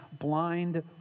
blind